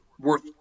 worth